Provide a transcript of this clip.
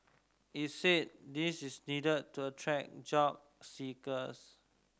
it said this is needed to attract job seekers